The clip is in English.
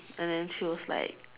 and then she was like